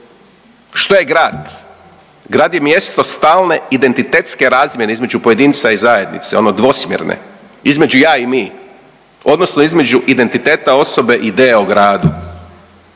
Što je grad? Grad je mjesto stalne identitetske razmjene između pojedinca i zajednice ono dvosmjerne između ja i mi, odnosno između identiteta osobe i ideje o gradu.